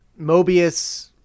Mobius